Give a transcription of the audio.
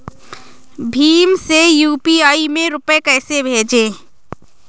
भीम से यू.पी.आई में रूपए कैसे भेजें?